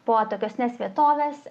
po atokesnes vietoves